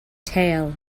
tail